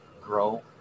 grow